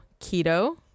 keto